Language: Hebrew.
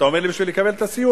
אתה אומר לי: בשביל לקבל את הסיוע,